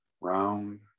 round